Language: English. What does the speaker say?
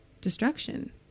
destruction